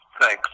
Thanks